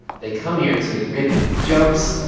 they come here to rib him with jokes.